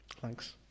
Thanks